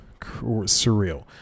surreal